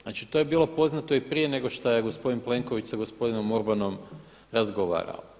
Znači to je bilo poznato i prije nego šta je gospodin Plenković sa gospodinom Orbanom razgovarao.